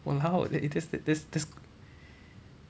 !walao! that that's that's that's